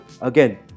again